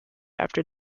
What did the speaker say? after